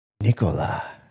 Nicola